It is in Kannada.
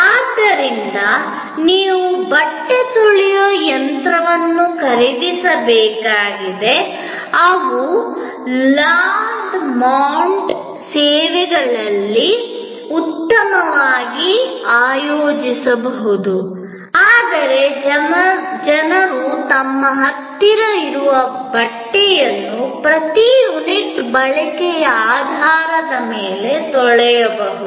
ಆದ್ದರಿಂದ ನೀವು ಬಟ್ಟೆ ತೊಳೆಯುವ ಯಂತ್ರವನ್ನು ಖರೀದಿಸಬೇಕಾಗಿದೆ ನಾವು ಲಾಂಡ್ರೋಮ್ಯಾಟ್ ಸೇವೆಗಳನ್ನು ಉತ್ತಮವಾಗಿ ಆಯೋಜಿಸಬಹುದು ಆದರೆ ಜನರು ತಮ್ಮ ಹತ್ತಿರವಿರುವ ಬಟ್ಟೆಯನ್ನು ಪ್ರತಿ ಯೂನಿಟ್ ಬಳಕೆಯ ಆಧಾರದ ಮೇಲೆ ತೊಳೆಯಬಹುದು